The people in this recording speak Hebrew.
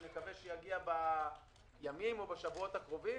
שנקווה שיגיע בימים או בשבועות הקרובים.